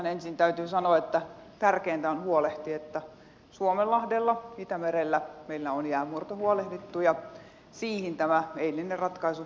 ihan ensin täytyy sanoa että tärkeintä on huolehtia että suomenlahdella itämerellä meillä on jäänmurrosta huolehdittu ja sitä tilannetta tämä eilinen ratkaisu parantaa